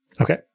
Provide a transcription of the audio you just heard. Okay